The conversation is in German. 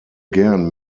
gern